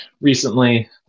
recently